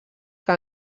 que